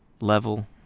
level